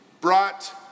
brought